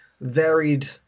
varied